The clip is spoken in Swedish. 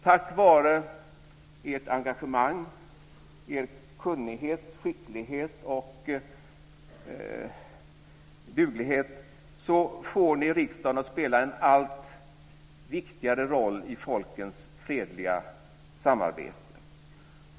Tack vare ert engagemang, er kunnighet, skicklighet och duglighet får ni riksdagen att spela en allt viktigare roll i folkens fredliga samarbete.